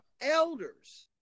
elders